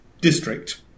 district